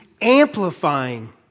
amplifying